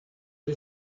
sie